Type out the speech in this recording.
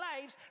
lives